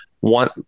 one